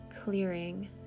clearing